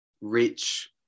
rich